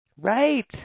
Right